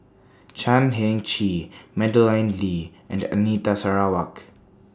Chan Heng Chee Madeleine Lee and Anita Sarawak